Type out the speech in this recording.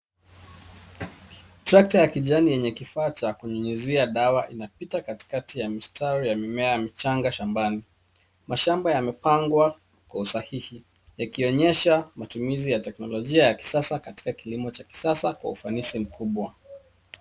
Trekta ya kijani yenye kifaa cha kunyunyizia dawa inapita katikati ya mstrai ya mimea michanga shambani. Mashamba yamepangwa kwa usahihi, yakionyesha utumizi ya teknolojia ya kisasa katika kilimo cha kisasa kwa ufanisi mkubwa.